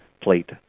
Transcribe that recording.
plate